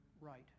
right